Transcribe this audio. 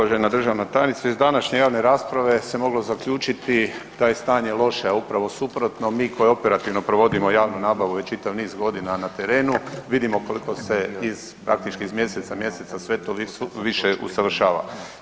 Uvažena državna tajnice, iz današnje javne rasprave se moglo zaključiti da je stanje loše, a upravo suprotno, mi koji operativno provodimo javnu nabavu već čitav niz godina na terenu, vidimo koliko se iz, praktički iz mjeseca, mjeseca sve to više usavršava.